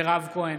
מירב כהן,